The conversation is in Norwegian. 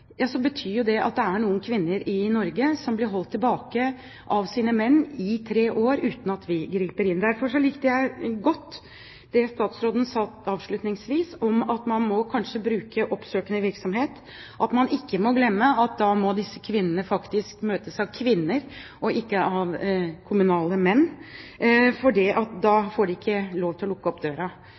betyr jo det at det er noen kvinner i Norge som blir holdt tilbake av sine menn i tre år, uten at vi griper inn. Derfor likte jeg godt det statsråden sa avslutningsvis, at man kanskje må drive oppsøkende virksomhet, og man ikke må glemme at da må disse kvinnene møtes av kvinner og ikke av kommunale menn, for de får ikke lov til å lukke opp døra